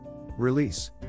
release